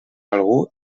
algú